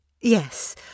Yes